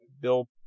Bill